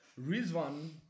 Rizwan